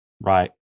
right